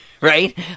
Right